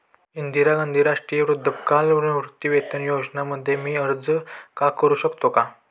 इंदिरा गांधी राष्ट्रीय वृद्धापकाळ निवृत्तीवेतन योजना मध्ये मी अर्ज का करू शकतो का?